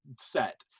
set